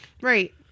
Right